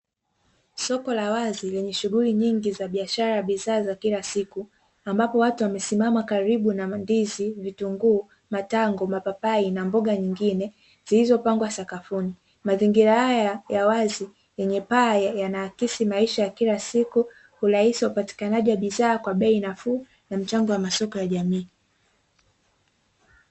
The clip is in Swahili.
Soko la wazi lenye shughuli nyingi bidhaa za kila siku ambapo watu wamesimama karibu na ndizi, vitunguu, matango, mapapai na mboga nyingine zilizopangwa sakafuni. Mazingira haya ya wazi yenye paa yanaakisi maisha ya kila siku, urahisi wa upatikanaji wa bidhaa kwa bei nafuu na mchango wa masoko ya jamii.